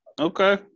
okay